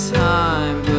time